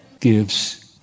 gives